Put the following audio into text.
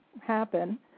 happen